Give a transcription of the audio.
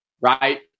Right